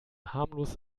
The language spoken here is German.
harmlos